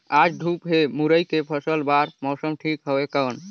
आज धूप हे मुरई के फसल बार मौसम ठीक हवय कौन?